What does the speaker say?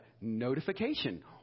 notification